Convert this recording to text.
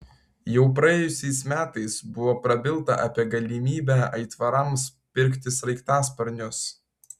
jau praėjusiais metais buvo prabilta apie galimybę aitvarams pirkti sraigtasparnius